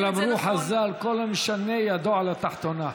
כבר אמרו חז"ל: כל המשנה, ידו על התחתונה.